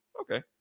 okay